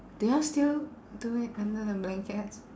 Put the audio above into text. do you all still do it under the blankets